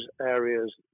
areas